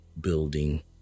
building